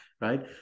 Right